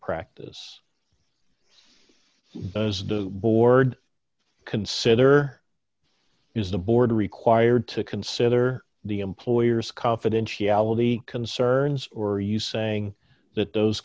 practice does the board consider is the board required to consider the employer's confidentiality concerns or are you saying that those